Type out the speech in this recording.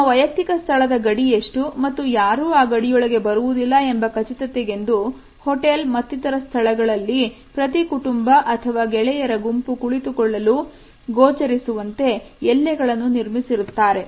ತಮ್ಮ ವೈಯಕ್ತಿಕ ಸ್ಥಳದ ಗಡಿ ಎಷ್ಟು ಮತ್ತು ಯಾರು ಕೂಡ ಆ ಗಡಿಯೊಳಗೆ ಬರುವುದಿಲ್ಲ ಎಂಬ ಖಚಿತತೆಗೆಂದು ಹೋಟೆಲ್ ಮತ್ತಿತರ ಸ್ಥಳಗಳಲ್ಲಿ ಪ್ರತಿ ಕುಟುಂಬ ಅಥವಾ ಗೆಳೆಯರ ಗುಂಪು ಕುಳಿತುಕೊಳ್ಳಲು ಗೋಚರಿಸುವಂತೆ ಎಲ್ಲೆಗಳನ್ನು ನಿರ್ಮಿಸಿರುತ್ತಾರೆ